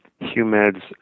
Humeds